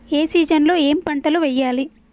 ఏ season లో ఏం పంటలు వెయ్యాలి?